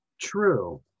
True